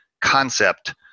concept